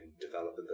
develop